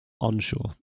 onshore